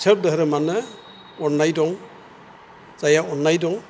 सोब धोरोमानो अन्नाय दं जायहा अन्नाय दं